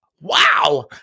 Wow